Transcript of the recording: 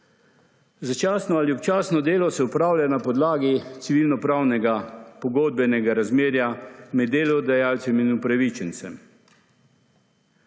Začasno ali občasno delo se opravlja na podlagi civilnopravnega pogodbenega razmerja med delodajalcem in upravičencem.